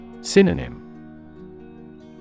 Synonym